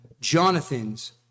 Jonathan's